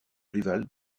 rivale